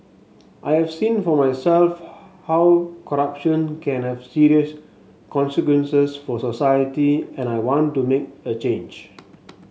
I have seen for myself how corruption can have serious consequences for society and I want to make a change